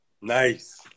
Nice